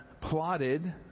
plotted